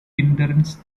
inference